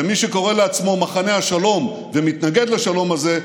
ומי שקורא לעצמו מחנה השלום ומתנגד לשלום הזה,